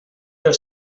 del